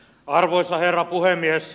arvoisa herra puhemies